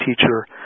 teacher